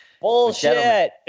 Bullshit